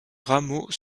rameaux